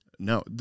No